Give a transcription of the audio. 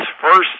first